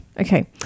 Okay